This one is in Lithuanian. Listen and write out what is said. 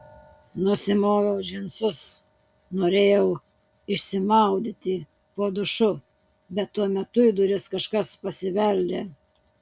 nusimoviau džinsus norėjau išsimaudyti po dušu bet tuo metu į duris kažkas pasibeldė